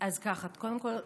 קודם כול,